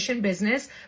business